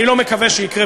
אני מקווה שלא יקרה בקרוב,